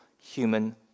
human